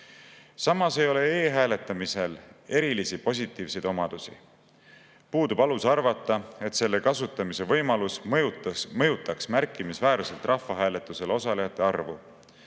Samas ei ole e‑hääletamisel eriti positiivseid omadusi. Puudub alus arvata, et selle kasutamise võimalus mõjutaks märkimisväärselt rahvahääletusel osalejate arvu.